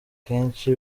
kenshi